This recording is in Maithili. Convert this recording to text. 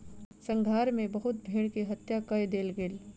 संहार मे बहुत भेड़ के हत्या कय देल गेल